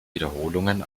wiederholungen